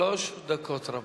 שלוש דקות, רבותי.